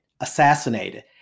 assassinated